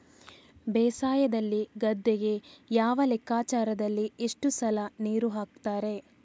ಬೇಸಾಯದಲ್ಲಿ ಗದ್ದೆಗೆ ಯಾವ ಲೆಕ್ಕಾಚಾರದಲ್ಲಿ ಎಷ್ಟು ಸಲ ನೀರು ಹಾಕ್ತರೆ?